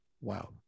Wow